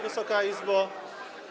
Wysoka Izbo!